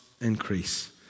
increase